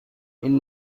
این